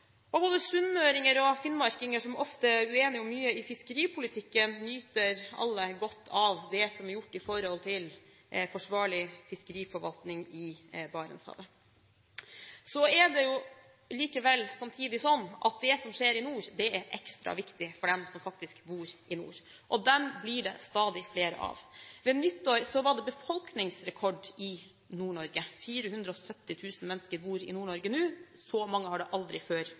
nordområdene. Både sunnmøringer og finnmarkinger, som ofte er uenige om mye i fiskeripolitikken, nyter alle godt av det som er gjort med hensyn til forsvarlig fiskeriforvaltning i Barentshavet. Samtidig er det slik at det som skjer i nord, er ekstra viktig for dem som faktisk bor i nord – og dem blir det stadig flere av. Ved nyttår var det befolkningsrekord i Nord-Norge. 470 000 mennesker bor nå i Nord-Norge, og så mange har aldri før